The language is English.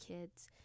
kids